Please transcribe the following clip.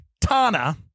Tana